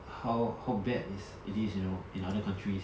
how how bad is it is you know in other countries